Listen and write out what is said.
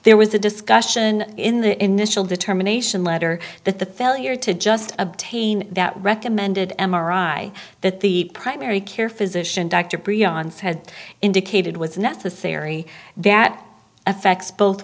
there was a discussion in the initial determination letter that the failure to just obtain that recommended m r i that the primary care physician dr briana's had indicated with necessary that affects both